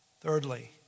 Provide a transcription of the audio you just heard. Thirdly